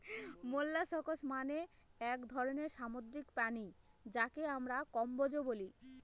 molluscs মানে এক ধরনের সামুদ্রিক প্রাণী যাকে আমরা কম্বোজ বলি